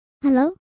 Hello